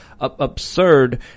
absurd